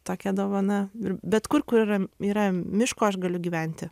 tokia dovana ir bet kur kur yra yra miško aš galiu gyventi